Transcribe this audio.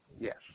yes